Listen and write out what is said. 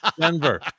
Denver